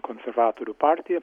konservatorių partija